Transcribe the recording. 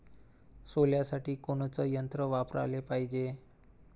सोल्यासाठी कोनचं यंत्र वापराले पायजे?